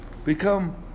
become